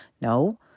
No